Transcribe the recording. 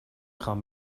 خوام